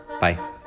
Bye